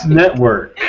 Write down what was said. network